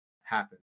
happen